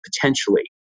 potentially